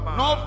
no